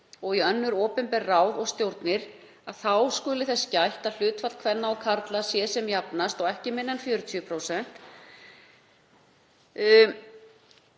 og í önnur opinber ráð og stjórnir skuli þess gætt að hlutfall kvenna og karla sé sem jafnast og ekki minna en 40%